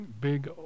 big